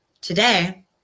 today